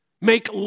Make